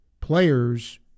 Players